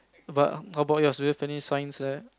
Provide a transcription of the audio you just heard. but about your Japanese signs there